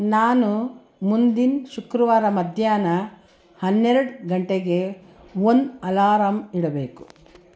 ನಾನು ಮುಂದಿನ ಶುಕ್ರವಾರ ಮಧ್ಯಾಹ್ನ ಹನ್ನೆರಡು ಗಂಟೆಗೆ ಒಂದು ಅಲಾರಾಂ ಇಡಬೇಕು